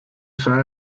say